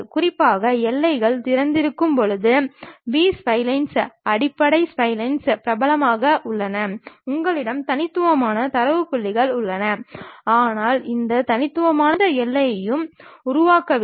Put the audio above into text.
குறிப்பாக எல்லைகள் திறந்திருக்கும் போது பி ஸ்ப்லைன்ஸ் அடிப்படை ஸ்ப்லைன்கள் பிரபலமாக உள்ளன உங்களிடம் தனித்துவமான தரவு புள்ளிகள் உள்ளன ஆனால் இந்த தனித்துவமான தரவு புள்ளிகள் எந்த எல்லையையும் உருவாக்கவில்லை